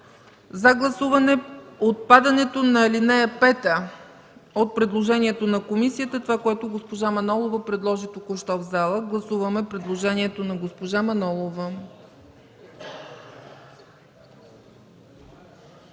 на гласуване отпадането на алинея 5 от предложението на комисията – това, което госпожа Манолова предложи току-що в залата. Гласуваме предложението на госпожа Манолова.